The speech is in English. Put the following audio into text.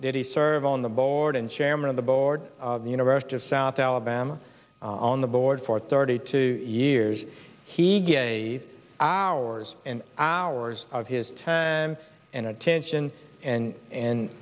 did he serve on the board and chairman of the board the university of south alabama on the board for thirty two years he gay hours and hours of his time and attention and and